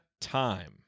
time